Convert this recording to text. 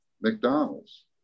McDonald's